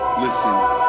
Listen